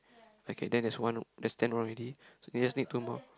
okay then there's one there's ten already we just need two more